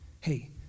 Hey